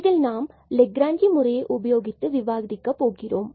அதில் நாம் லெக்லாஞ்சி முறையை உபயோகித்து விவாதிக்கப் போகிறோம்